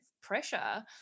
pressure